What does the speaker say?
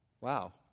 Wow